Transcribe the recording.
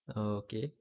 oh okay